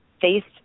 faced